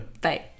Bye